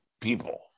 people